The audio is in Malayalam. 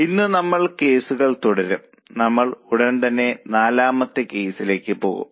ഇന്ന് നമ്മൾ കേസുകൾ തുടരും നമ്മൾ ഉടൻ തന്നെ നാലാമത്തെ കേസിലേക്ക് പോകും